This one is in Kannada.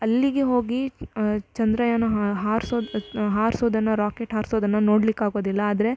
ಅಲ್ಲಿಗೆ ಹೋಗಿ ಚಂದ್ರಯಾನ ಹಾರ್ಸೋದು ಹಾರಿಸೋದನ್ನ ರೋಕೆಟ್ ಹಾರಿಸೋದನ್ನ ನೋಡ್ಲಿಕ್ಕೆ ಆಗೋದಿಲ್ಲ ಆದರೆ